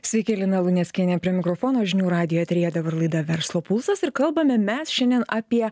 sveiki lina luneckienė prie mikrofono žinių radijo eteryje dabar laida verslo pulsas ir kalbame mes šiandien apie